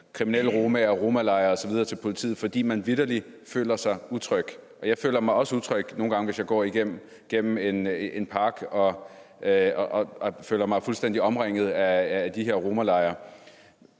kriminelle romaer og romalejre osv. til politiet, fordi man vitterlig føler sig utryg – jeg føler mig også nogle gange utryg, hvis jeg går igennem en park og føler mig fuldstændig omringet af de her romalejre